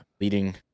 leading